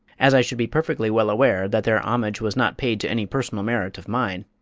as i should be perfectly well aware that their homage was not paid to any personal merit of mine,